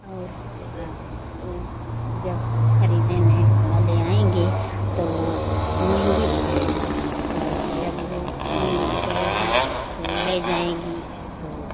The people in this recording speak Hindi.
और वह जब खरीदने वाले आएँगे तो वह महँगी बिकाएगी तो जब वह महँगी बिकाएगी तो ले जाएँगी तो